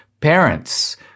parents